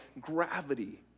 gravity